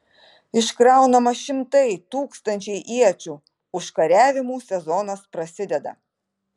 iškraunama šimtai tūkstančiai iečių užkariavimų sezonas prasideda